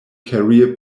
career